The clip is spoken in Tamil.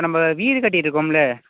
நம்ம வீடு கட்டிகிட்டு இருக்கோம்ல